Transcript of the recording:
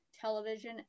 television